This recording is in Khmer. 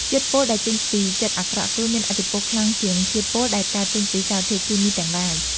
ជាតិពុលដែលចេញពីចិត្តអាក្រក់គឺមានឥទ្ធិពលខ្លាំងជាងជាតិពុលដែលកើតចេញពីសារធាតុគីមីទាំងឡាយ។